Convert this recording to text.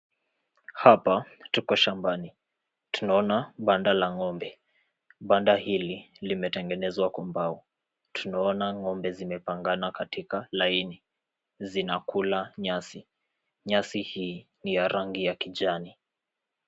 Hapa tuko shambani tunaona banda la ngombe, banda hili limetengenezwa kwa mbao, tunaona ngombe zimepangana katika laini zinakula nyasi, nyasi hii ni ya rangi ya kijani.